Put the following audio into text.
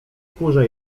kurze